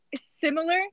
similar